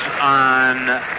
on